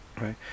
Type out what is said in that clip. right